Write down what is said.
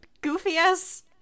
goofy-ass